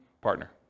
partner